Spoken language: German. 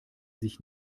sich